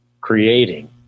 creating